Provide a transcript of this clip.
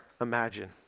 imagine